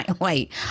wait